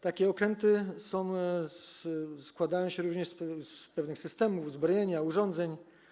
Takie okręty składają się również z pewnych systemów zbrojenia, urządzeń.